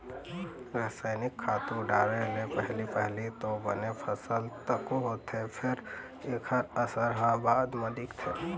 रसइनिक खातू डाले ले पहिली पहिली तो बने फसल तको होथे फेर एखर असर ह बाद म दिखथे